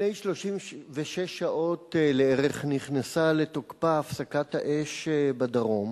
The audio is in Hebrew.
לפני 36 שעות לערך נכנסה לתוקפה הפסקת האש בדרום